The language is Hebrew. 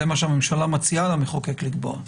זה מה שהממשלה מציעה למחוקק לקבוע.